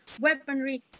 weaponry